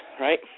right